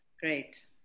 Great